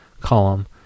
column